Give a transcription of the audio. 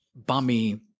bummy